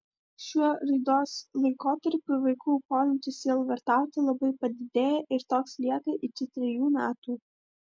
šiuo raidos laikotarpiu vaikų polinkis sielvartauti labai padidėja ir toks lieka iki trejų metų